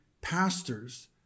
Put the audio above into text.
pastors